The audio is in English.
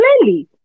clearly